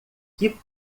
que